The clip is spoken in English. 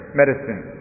medicine